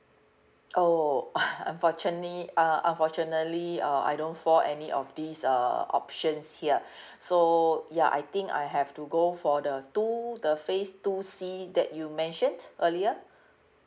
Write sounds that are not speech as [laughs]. oh [laughs] unfortunately uh unfortunately uh I don't fall any of these uh options here so ya I think I have to go for the two the phase two C that you mentioned earlier